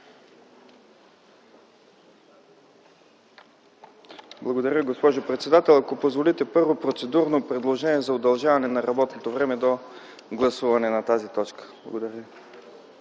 Благодаря, госпожо председател. Ако позволите, първо – процедурно предложение за удължаване на работното време до гласуване на тази точка. Благодаря